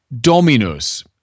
dominus